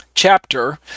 chapter